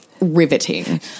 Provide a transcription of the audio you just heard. riveting